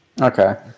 Okay